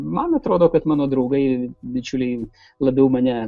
man atrodo kad mano draugai bičiuliai labiau mane